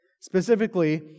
Specifically